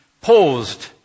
paused